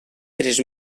tres